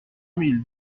mille